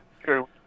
True